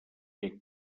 què